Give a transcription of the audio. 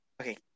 okay